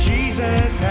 Jesus